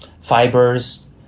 fibers